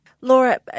Laura